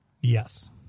Yes